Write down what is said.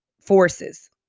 forces